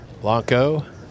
Blanco